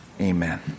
Amen